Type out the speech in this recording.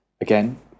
again